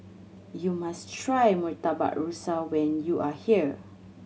you must try Murtabak Rusa when you are here